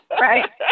right